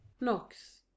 knocks